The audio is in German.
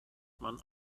man